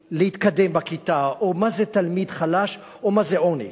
להתקדם בכיתה או מה זה תלמיד חלש או מה זה עוני.